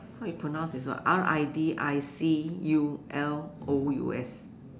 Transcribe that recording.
how you pronounce this word R I D C U L O U S